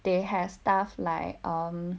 they have stuff like um